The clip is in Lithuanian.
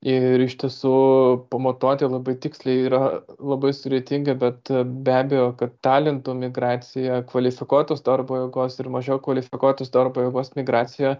ir iš tiesų pamatuoti labai tiksliai yra labai sudėtinga bet be abejo kad talentų migracija kvalifikuotos darbo jėgos ir mažiau kvalifikuotos darbo jėgos migracija